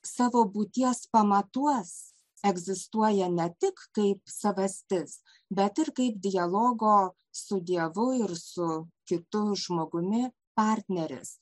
savo būties pamatuos egzistuoja ne tik kaip savastis bet ir kaip dialogo su dievu ir su kitu žmogumi partneris